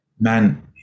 man